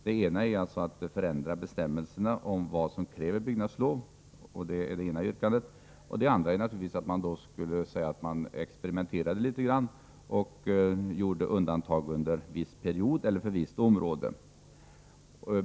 Den ena är att förändra bestämmelserna om vad som kräver byggnadslov och den andra är naturligtvis att man experimenterar litet grand och gör undantag under viss period eller för visst område.